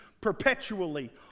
perpetually